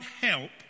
help